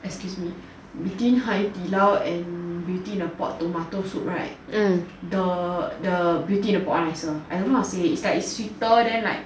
excuse me between 海底捞 and beauty in a pot tomato soup right the the beauty in the pot nicer I don't know how to say it's sweeter then like